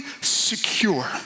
secure